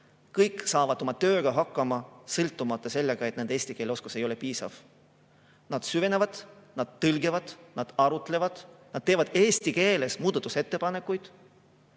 saavad oma tööga hakkama, kuigi nende eesti keele oskus ei ole piisav. Nad süvenevad, nad tõlgivad, nad arutlevad, nad teevad eesti keeles muudatusettepanekuid,